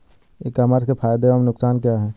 ई commerce के फायदे एवं नुकसान क्या हैं?